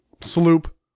Sloop